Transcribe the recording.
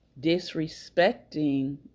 disrespecting